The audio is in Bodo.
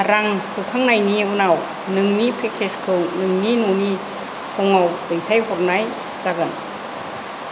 रां होखांनायनि उनाव नोंनि पैकेजखौ नोंनि न'नि थङाव दैथायहरनाइ जागोन